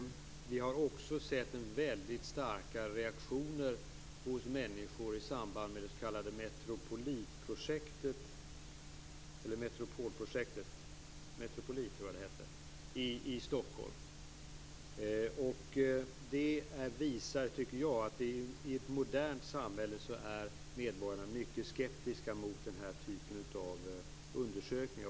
Vi har också sett väldigt starka reaktioner hos människor i samband med det som hette Metropolit eller Metropolprojektet i Stockholm. Det visar, tycker jag, att medborgarna i ett modernt samhälle är mycket skeptiska mot denna typ av undersökningar.